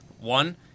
One